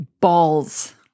Balls